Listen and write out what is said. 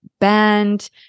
band